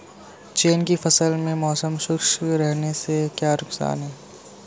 चने की फसल में मौसम शुष्क रहने से क्या नुकसान है?